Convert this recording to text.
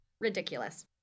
Ridiculous